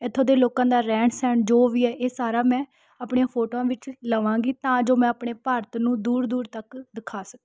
ਇੱਥੋਂ ਦੇ ਲੋਕਾਂ ਦਾ ਰਹਿਣ ਸਹਿਣ ਜੋ ਵੀ ਹੈਆ ਇਹ ਸਾਰਾ ਮੈਂ ਆਪਣੀਆਂ ਫੋਟੋਆਂ ਵਿੱਚ ਲਵਾਂਗੀ ਤਾਂ ਜੋ ਮੈਂ ਆਪਣੇ ਭਾਰਤ ਨੂੰ ਦੂਰ ਦੂਰ ਤੱਕ ਦਿਖਾ ਸਕਾਂ